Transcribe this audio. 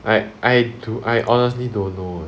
I I dude I honestly don't know